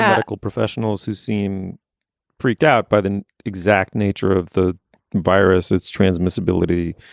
medical professionals who seem freaked out by the exact nature of the virus, its transmissibility,